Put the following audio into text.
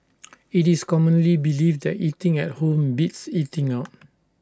IT is commonly believed that eating at home beats eating out